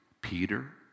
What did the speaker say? Peter